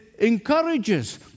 encourages